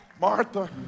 Martha